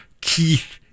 Keith